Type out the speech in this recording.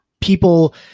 people